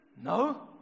No